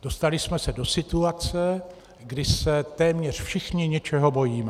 Dostali jsme se do situace, kdy se téměř všichni něčeho bojíme.